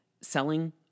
selling